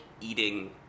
eating